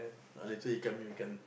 ah later he come here we can